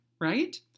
right